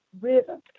rhythm